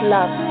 Love